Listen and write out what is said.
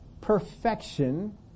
perfection